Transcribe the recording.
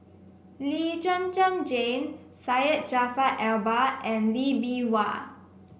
Lee Zhen Zhen Jane Syed Jaafar Albar and Lee Bee Wah